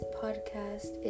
podcast